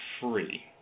Free